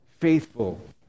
faithful